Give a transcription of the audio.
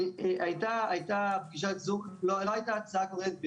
הייתה פגישת זום, לא הייתה הצעה קונקרטית בכתב,